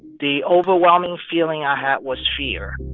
the overwhelming feeling i had was fear.